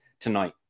tonight